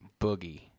Boogie